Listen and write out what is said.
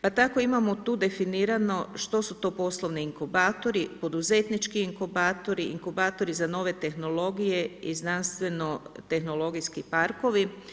Pa tako imamo tu definirano što su to poslovni inkubatori, poduzetnički inkubatori, inkubatori za nove tehnologije i znanstveno tehnologijski parkovi.